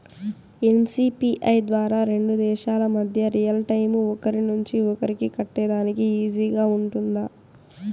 NCPI ద్వారా రెండు దేశాల మధ్య రియల్ టైము ఒకరి నుంచి ఒకరికి కట్టేదానికి ఈజీగా గా ఉంటుందా?